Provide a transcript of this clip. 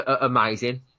amazing